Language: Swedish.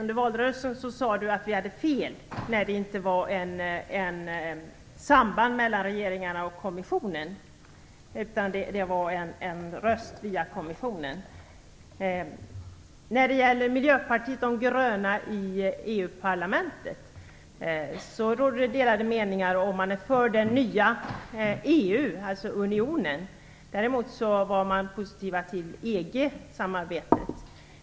Under valrörelsen sade han att vi hade fel om att det inte var något samband mellan regeringarna och kommissionen, utan att det var en röst via kommissionen. Angående Miljöpartiet de gröna i EU-parlamentet råder det delade meningar om ifall man är för det nya EU, alltså unionen. Däremot var man positiv till EG samarbetet.